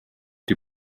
die